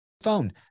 phone